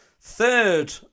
Third